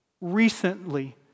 recently